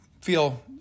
feel